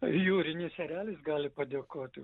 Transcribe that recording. jūrinis erelis gali padėkoti